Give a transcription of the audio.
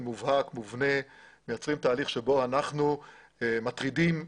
מובהק ומובנה מייצרים תהליך בו אנחנו מטרידים מינית,